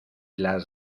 las